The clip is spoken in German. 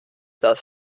das